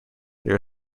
there